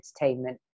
entertainment